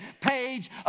page